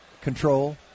control